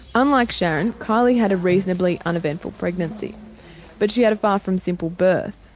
unlike sharon, kylie had a reasonably uneventful pregnancy but she had a far from simple birth.